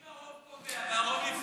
אם הרוב קובע והרוב נבחר,